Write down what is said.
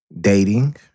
dating